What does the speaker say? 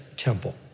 temple